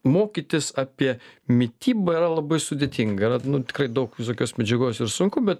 mokytis apie mitybą yra labai sudėtinga yra nu tikrai daug visokios medžiagos ir sunku bet